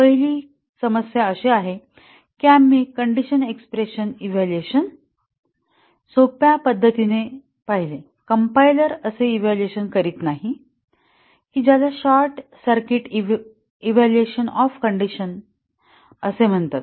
पहिली समस्या अशी आहे की आम्ही कंडिशन एक्स्प्रेशन इव्हॅल्युएशन सोप्या पद्धतीने पाहिले कंपाइलर असे इव्हॅल्युएशन करीत नाही की ज्याला short circuit evaluation of condition असे म्हणतात